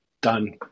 done